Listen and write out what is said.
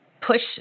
push